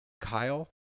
Kyle